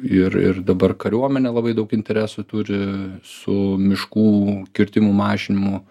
ir ir dabar kariuomenė labai daug interesų turi su miškų kirtimų mažinimu